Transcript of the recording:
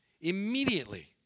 Immediately